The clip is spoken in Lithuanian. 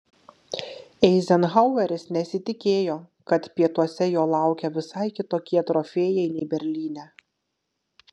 eizenhaueris nesitikėjo kad pietuose jo laukia visai kitokie trofėjai nei berlyne